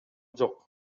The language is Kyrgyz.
жок